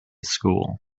school